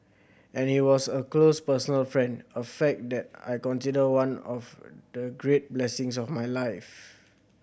and he was a close personal friend a fact that I consider one of the great blessings of my life